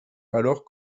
alors